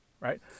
right